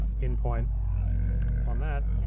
in point on that,